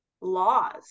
laws